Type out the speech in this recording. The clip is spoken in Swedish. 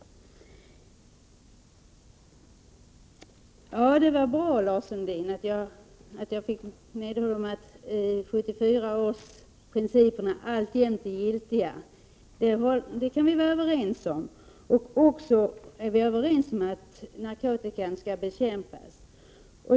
Lars Sundin, det var bra att jag fick medhåll om att principerna från 1974 alltjämt är giltiga. Det kan vi vara överens om. Vi är också överens om att narkotikan skall bekämpas.